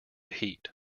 heat